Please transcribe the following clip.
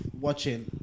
watching